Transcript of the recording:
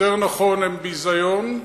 יותר נכון, הם ביזיון,